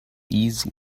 easy